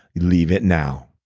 leave it now.